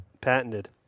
Patented